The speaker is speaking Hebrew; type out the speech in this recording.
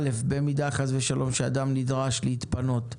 לפיו, א', אם חס ושלום, אדם נדרש להתפנות,